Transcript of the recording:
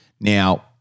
Now